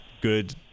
good